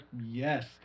yes